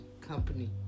company